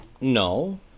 No